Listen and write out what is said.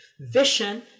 Vision